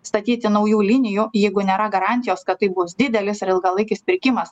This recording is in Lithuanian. statyti naujų linijų jeigu nėra garantijos kad tai bus didelis ir ilgalaikis pirkimas